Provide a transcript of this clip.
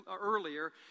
earlier